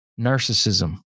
narcissism